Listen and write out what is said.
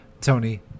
tony